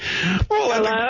hello